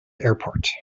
airport